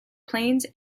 plains